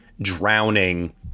drowning